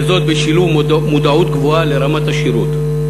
וזאת בשילוב מודעות גבוהה לרמת השירות.